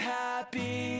happy